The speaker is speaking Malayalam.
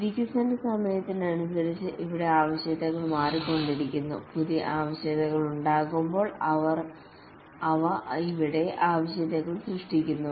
വികസന സമയത്തിനനുസരിച്ച് ഇവിടെ ആവശ്യകതകൾ മാറിക്കൊണ്ടിരിക്കുന്നു പുതിയ ആവശ്യകതകൾ ഉണ്ടാകുമ്പോൾ അവ ഇവിടെ ആവശ്യകതകളിൽ സൂക്ഷിക്കുന്നു